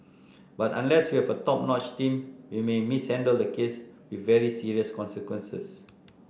but unless we have a top notch team we may mishandle the case with very serious consequences